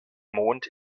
mond